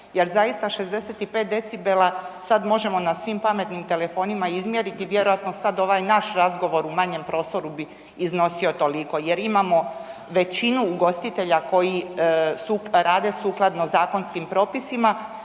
jer zaista 65 dB, sad možemo na svim pametnim telefonima izmjeriti, vjerojatno sad ovaj naš razgovor u manjem prostoru bi iznosio toliko jer imamo većinu ugostitelja koji rade sukladno zakonskim propisima